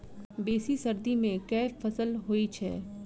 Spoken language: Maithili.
बेसी सर्दी मे केँ फसल होइ छै?